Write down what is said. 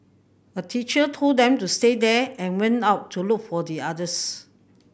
a teacher told them to stay there and went out to look for the others